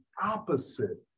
opposite